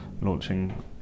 launching